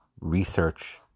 research